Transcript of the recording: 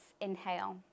inhale